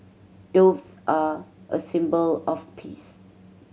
doves are a symbol of peace